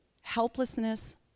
helplessness